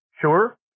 Sure